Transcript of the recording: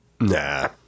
Nah